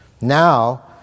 Now